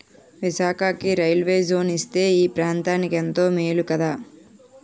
విశాఖకి railway zone ఇస్తే ఈ ప్రాంతనికెంతో మేలు కదా